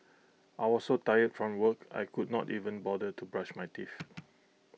I was so tired from work I could not even bother to brush my teeth